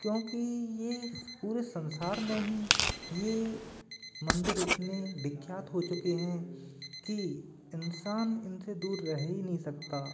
क्योंकि ये इस पूरे संसार में ही ये मंदिर इतने विख्यात हो चुके हैं कि इंसान इनसे दूर रह ही नहीं सकता